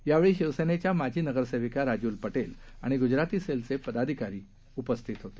यावेळी शिवसेनेच्या माजी नगरसेविका राजूल पोल आणि गुजराती सेलचे पदाधिकारी उपस्थित होते